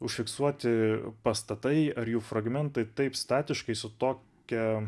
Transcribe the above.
užfiksuoti pastatai ar jų fragmentai taip statiškai su tokia